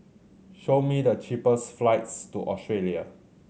show me the cheapest flights to Australia